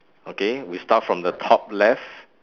okay we start from the top left